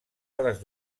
hores